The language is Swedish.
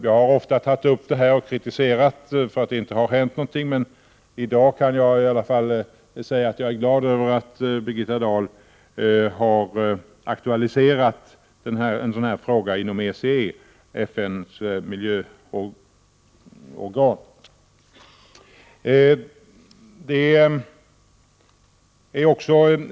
Jag har ofta tagit upp detta och kritiserat regeringen för att det inte har hänt någonting, men i dag kan jag säga att jag är glad över att Birgitta Dahl har aktualiserat den frågan inom ECE, FN:s miljöorgan.